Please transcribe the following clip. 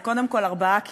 זה קודם כול ארבעה קירות.